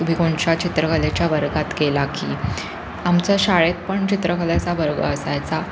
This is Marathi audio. तुम्ही कोणच्या चित्रकलेच्या वर्गात केला की आमचा शाळेत पण चित्रकलेचा वर्ग असायचा